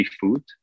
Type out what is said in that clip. food